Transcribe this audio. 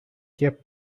kept